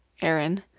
Aaron